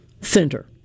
center